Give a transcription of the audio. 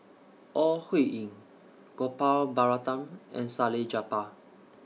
Ore Huiying Gopal Baratham and Salleh Japar